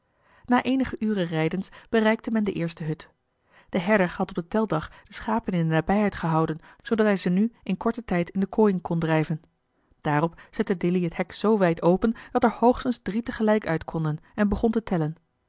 na eenige uren rijdens bereikte men de eerste hut de herder had op den teldag de schapen in de nabijheid gehouden zoodat hij ze nu in korten tijd in de kooien kon drijven daarop zette dilly het hek zoo wijd open dat er hoogstens drie tegelijk uit konden en begon te tellen